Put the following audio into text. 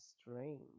strange